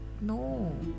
No